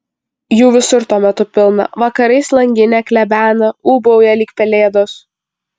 jų visur tuo metu pilna vakarais langinę klebena ūbauja lyg pelėdos